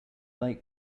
like